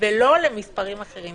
ולא למספרים אחרים?